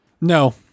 no